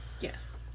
Yes